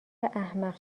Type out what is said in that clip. احمق